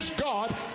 God